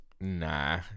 Nah